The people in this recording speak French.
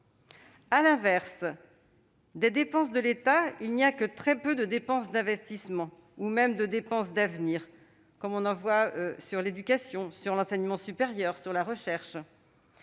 À l'inverse des dépenses de l'État, il n'y a que très peu de dépenses d'investissement ou même de dépenses d'avenir, comme pour l'éducation, l'enseignement supérieur ou la recherche,